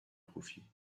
profit